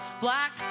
Black